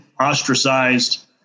ostracized